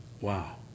Wow